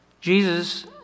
Jesus